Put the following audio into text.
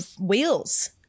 wheels